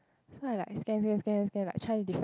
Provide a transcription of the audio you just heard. so I like scan scan scan scan scan like try different